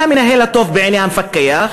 מי המנהל הטוב בעיני המפקח?